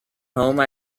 home